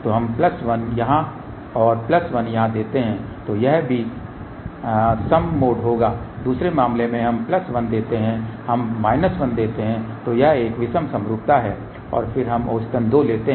तो हम प्लस 1 यहाँ और प्लस 1 यहाँ देते हैं तो यह भी सम मोड होगा दूसरे मामले में हम प्लस 1 देते हैं हम 1 माइनस देते हैं यह एक विषम समरूपता है और फिर हम औसतन 2 लेते हैं